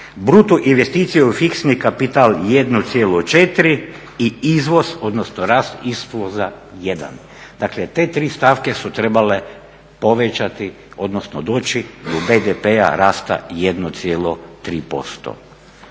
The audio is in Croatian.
bruto investicije u fiksni kapital 1,4 i izvoz, odnosno rast izvoza 1. Dakle, te tri stavke su trebale povećati, odnosno doći do BDP-a, rasta 1,3%.